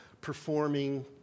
performing